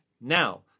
Now